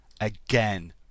again